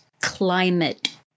climate